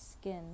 skin